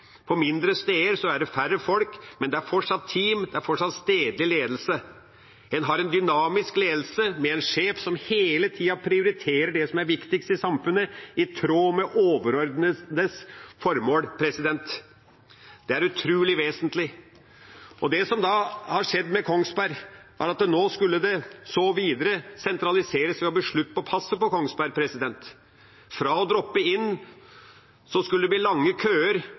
På mindre steder er det færre folk, men det er fortsatt team, det er fortsatt stedlig ledelse. En har en dynamisk ledelse, med en sjef som hele tida prioriterer det som er viktigst i samfunnet, i tråd med overordnete formål. Det er utrolig vesentlig. Det som skjedde med Kongsberg, var at det skulle sentraliseres videre ved å bli slutt på passkontoret der. Fra å kunne droppe inn skulle det bli lange køer